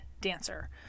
dancer